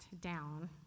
down